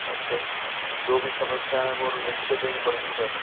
अच्छा जो भी समस्याएं हैं वो लिख के देनी पड़ेगी सर